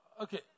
okay